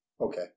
Okay